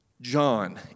John